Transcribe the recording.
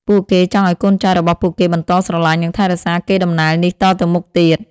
ពួកគេចង់ឱ្យកូនចៅរបស់ពួកគេបន្តស្រឡាញ់និងថែរក្សាកេរដំណែលនេះតទៅមុខទៀត។